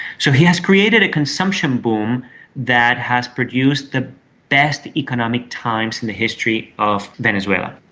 so he has created a consumption boom that has produced the best economic times in the history of venezuela.